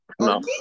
no